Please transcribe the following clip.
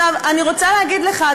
אני רוצה להגיד לך,